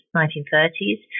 1930s